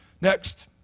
Next